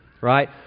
right